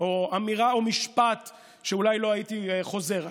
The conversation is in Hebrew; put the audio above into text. או אמירה או משפט שאולי לא הייתי חוזר עליו.